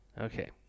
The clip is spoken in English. okay